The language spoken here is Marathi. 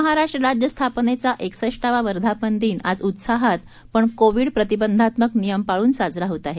महाराष्ट्र राज्य स्थापनेचा एकसष्टावा वर्धापन दिन आज उत्साहात पण कोविड प्रतिबंधात्मक नियम पाळून साजरा होत आहे